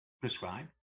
prescribe